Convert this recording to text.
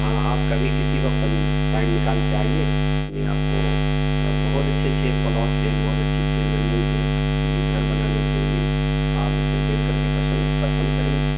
ہاں آپ کبھی کسی وقت ٹائم نکال کے آئیے میں آپ کو بہت اچھے اچھے پلاٹ ہیں بہت اچھی اچھی زمین ہے گھر بنانے کے لیے آپ اسے دیکھ کر کے پسند پسند کریں گے